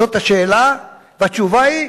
זאת השאלה, והתשובה היא: